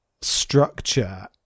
structure